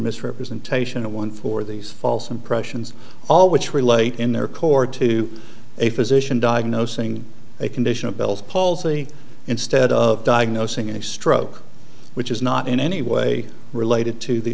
misrepresentation and one for these false impressions all which relate in their court to a physician diagnosing a condition of bell's palsy instead of diagnosing a stroke which is not in any way related to the